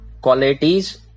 qualities